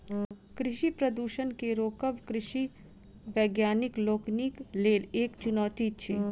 कृषि प्रदूषण के रोकब कृषि वैज्ञानिक लोकनिक लेल एक चुनौती अछि